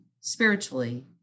spiritually